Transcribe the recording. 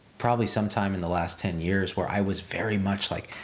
probably sometime in the last ten years where i was very much like,